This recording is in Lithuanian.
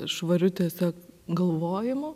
švariu tiesiog galvojimu